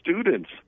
students